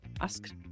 asked